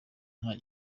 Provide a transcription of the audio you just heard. nta